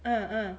uh uh